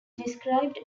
described